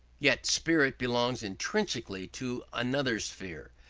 yet spirit belongs intrinsically to another sphere,